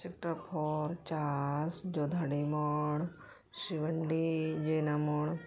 sector four Chas Jodhadih ᱢᱳᱲ ᱥᱤᱵᱚᱱᱰᱤ ᱡᱚᱭᱱᱚ ᱢᱳᱲ